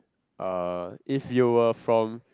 uh if you were from